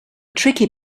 tricky